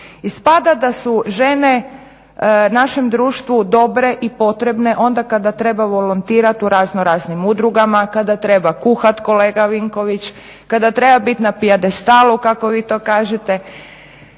Ispada da su žene našem društvu dobre i potrebne onda kada treba volontirat u raznoraznim udrugama, kada treba kuhat kolega Vinković, kada treba biti na pijedestalu kako vi to kažete,